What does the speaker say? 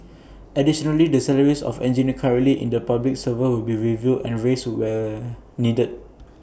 additionally the salaries of engineers currently in the Public Service will be reviewed and raised where needed